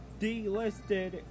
delisted